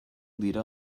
dira